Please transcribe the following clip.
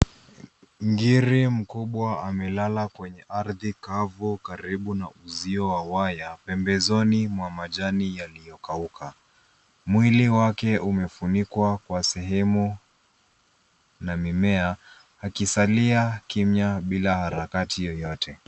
Ngiri mkubwa amelala kwenye ardhi kavu, karibu na uzio wa waya pembezoni mwa majani yaliyokauka. Mwili wake umefunikwa kwa sehemu na mimea, akisalia kimya bila harakati yoyote.